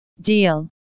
Deal